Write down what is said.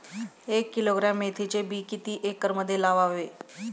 एक किलोग्रॅम मेथीचे बी किती एकरमध्ये लावावे?